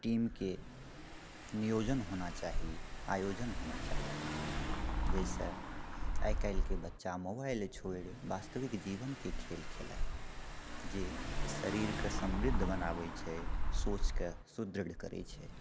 टीमके नियोजन होना चाही आयोजन होना चाही जाहिसँ आइ कल्हिके बच्चा मोबाइल छोड़ि वास्तविक जीवनके खेल खेलय जे शरीरके समृद्ध बनाबैत छै सोचके सुदृढ़ करैत छै